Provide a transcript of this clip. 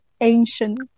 ancient